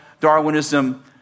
Darwinism